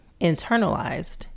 internalized